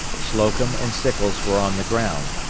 slocum and sickles were on the ground,